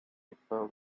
people